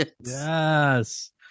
Yes